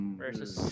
versus